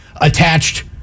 attached